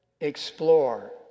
explore